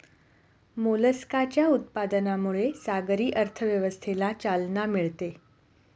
मोलस्काच्या उत्पादनामुळे सागरी अर्थव्यवस्थेला चालना मिळते